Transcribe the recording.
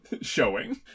showing